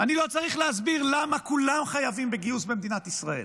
אני לא צריך להסביר למה כולם חייבים בגיוס במדינת ישראל.